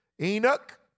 Enoch